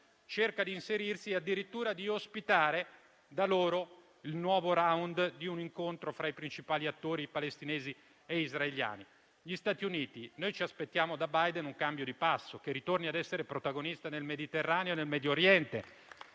cerca di inserirsi e addirittura di ospitare da loro il nuovo *round* di un incontro fra i principali attori palestinesi e israeliani. Per quanto riguarda gli Stati Uniti, ci aspettiamo da Biden un cambio di passo e che ritornino a essere protagonisti nel Mediterraneo e nel Medio Oriente.